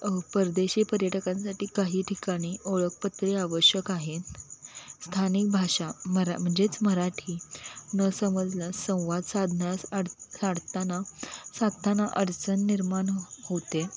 परदेशी पर्यटकांसाठी काही ठिकाणी ओळखपत्रे आवश्यक आहेत स्थानिक भाषा मरा म्हणजेच मराठी न समजल्यास संवाद साधण्यास आड साडताना साधताना अडचण निर्माण हो होते